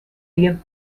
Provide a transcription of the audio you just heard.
dir